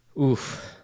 oof